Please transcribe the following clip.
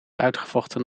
uitgevochten